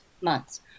months